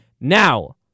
Now